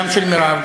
גם של מירב,